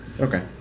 Okay